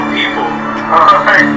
people